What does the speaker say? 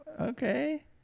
okay